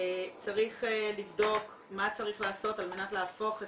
צריך לבדוק מה צריך לעשות על מנת להפוך את